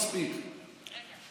מספיק כבר.